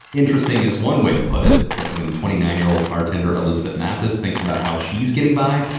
interesting is one way to put it. but when twenty nine year old bartender elizabeth mathis thinks about how she's getting by,